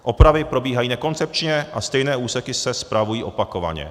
Opravy probíhají nekoncepčně a stejné úseky se spravují opakovaně.